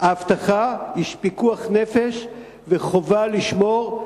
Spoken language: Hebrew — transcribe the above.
יש פיקוח נפש וחובה לשמור,